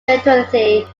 fertility